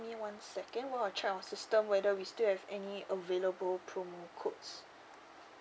one second while I check my system whether we still have any available promo codes